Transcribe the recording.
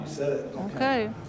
Okay